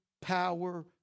power